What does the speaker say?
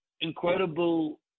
incredible